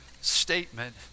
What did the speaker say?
statement